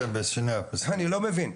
אני לא מבין,